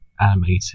animated